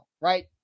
Right